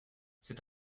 cet